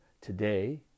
today